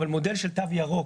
אבל מודל של תו ירוק.